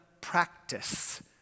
practice